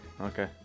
okay